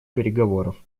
переговоров